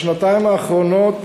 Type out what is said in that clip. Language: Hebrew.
בשנתיים האחרונות